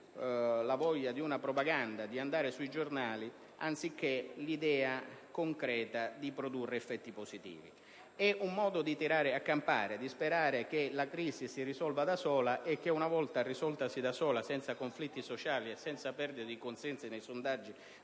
la voglia di una propaganda, di andare sui giornali, che l'idea concreta di produrre effetti positivi. È un modo di tirare a campare, di sperare che la crisi si risolva da sola e che, una volta risoltasi da sola senza conflitti sociali e senza perdita di consensi nei sondaggi